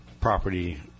property